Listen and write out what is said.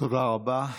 תודה רבה.